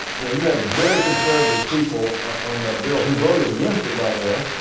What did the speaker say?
you know you have very conservative people on that bill who voted against it by the way